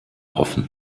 offen